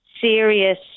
serious